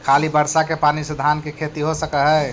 खाली बर्षा के पानी से धान के खेती हो सक हइ?